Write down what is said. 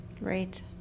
right